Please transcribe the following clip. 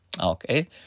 Okay